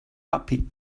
puppy